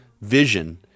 vision